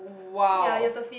!wow!